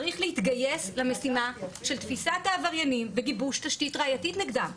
צריך להתגייס למשימה של תפיסת העבריינים וגיבוש תשתית ראייתית נגדם.